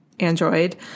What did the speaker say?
Android